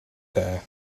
there